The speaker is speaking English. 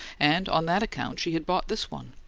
and on that account she had bought this one,